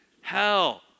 hell